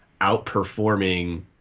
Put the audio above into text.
outperforming